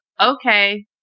Okay